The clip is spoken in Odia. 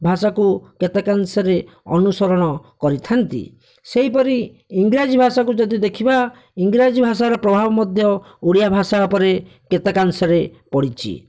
ଭାଷାକୁ କେତେକାଅଂଶରେ ଅନୁସରଣ କରିଥାନ୍ତି ସେହିପରି ଇଂରାଜୀ ଭାଷାକୁ ଯଦି ଦେଖିବା ଇଂରାଜୀ ଭାଷାର ପ୍ରଭାବ ମଧ୍ୟ ଓଡ଼ିଆ ଭାଷା ଉପରେ କେତେକାଂଶରେ ପଡ଼ିଛି